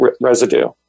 residue